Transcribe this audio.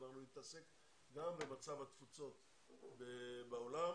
נתעסק גם במצב התפוצות בעולם.